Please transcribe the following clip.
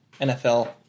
NFL